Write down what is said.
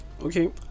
okay